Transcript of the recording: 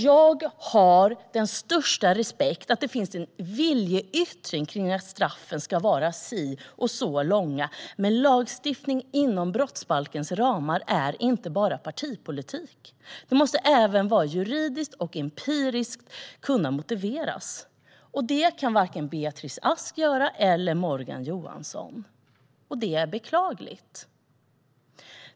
Jag har den största respekt för att det finns en viljeyttring om att straffen ska vara si och så långa, men lagstiftning inom brottsbalkens ramar är inte bara partipolitik, utan den måste även juridiskt och empiriskt kunna motiveras. Det kan varken Beatrice Ask eller Morgan Johansson göra. Och det är beklagligt.